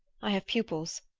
i have pupils.